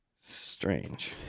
Strange